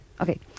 Okay